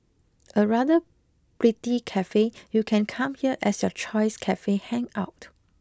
a rather pretty cafe you can come here as your choice cafe hangout